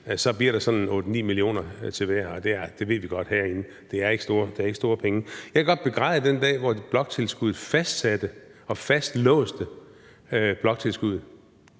så bliver der sådan 8-9 mio. kr. til hvert, og det ved vi jo godt herinde ikke er store penge. Jeg kan godt begræde den dag, hvor man fastsatte og fastlåste bloktilskuddet.